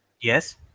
Yes